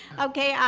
okay,